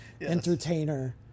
entertainer